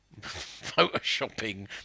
photoshopping